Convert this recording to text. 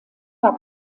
war